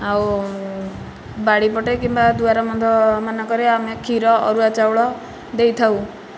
ଆଉ ବାଡ଼ି ପଟେ କିମ୍ବା ଦୁଆର ବନ୍ଧମାନଙ୍କରେ ଆମେ କ୍ଷୀର ଅରୁଆ ଚାଉଳ ଦେଇଥାଉ